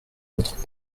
votre